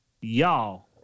Y'all